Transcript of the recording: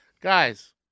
Guys